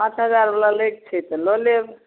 पाँच हजारवला लैके छै तऽ लऽ लेब